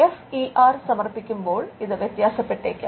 F E R സമർപ്പിക്കുമ്പോൾ ഇത് വ്യത്യാസപ്പെട്ടേക്കാം